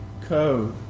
code